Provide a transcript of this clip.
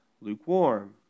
lukewarm